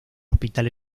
hospital